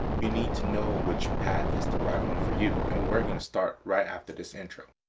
you need to know which path is the right one for you. and we're going to start right after this intro,